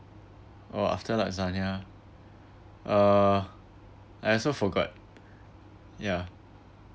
oh after lasagna I also forgot ya